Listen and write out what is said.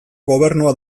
gobernuak